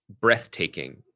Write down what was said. breathtaking